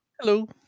Hello